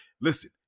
Listen